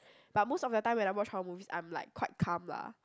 but most of the time when I watch horror movies I'm like quite calm lah